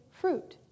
fruit